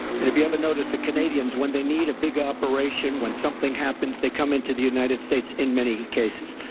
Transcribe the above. and if you ever noticed, the canadians, when they need a big operation, when something happens, they come into the united states in many cases.